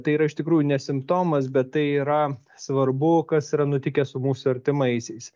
tai yra iš tikrųjų ne simptomas bet tai yra svarbu kas yra nutikę su mūsų artimaisiais